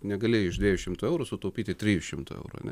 negalėjai iš dviejų šimtų eurų sutaupyti trijų šimtų eurų ane